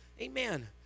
Amen